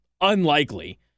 unlikely